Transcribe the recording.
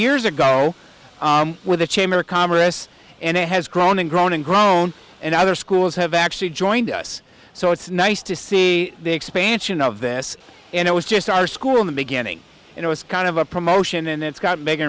years ago with the chamber of commerce and it has grown and grown and grown and other schools have actually joined us so it's nice to see the expansion of this and it was just our school in the beginning it was kind of a promotion and it's got bigger